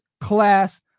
class